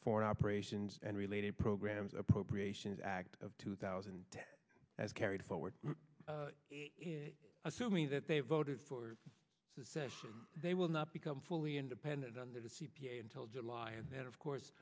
foreign operations and related programs appropriations act of two thousand and ten as carried forward assuming that they voted for the session they will not become fully independent under the c p a until july and then of course